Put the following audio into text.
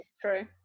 true